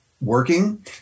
working